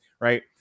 Right